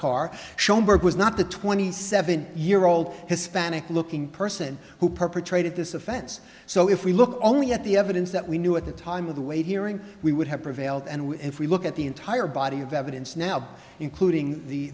car schoenberg was not the twenty seven year old hispanic looking person who perpetrated this offense so if we look only at the evidence that we knew at the time of the way hearing we would have prevailed and if we look at the entire body of evidence now including the